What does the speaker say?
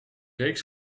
reeks